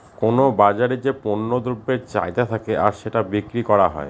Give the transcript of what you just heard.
কোনো বাজারে যে পণ্য দ্রব্যের চাহিদা থাকে আর সেটা বিক্রি করা হয়